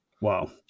wow